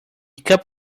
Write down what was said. cup